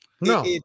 No